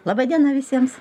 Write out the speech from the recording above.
laba diena visiems